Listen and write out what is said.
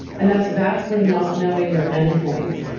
and that's vastly not knowing your endpoints.